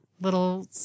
Little